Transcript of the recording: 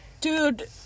Dude